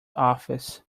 office